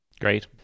great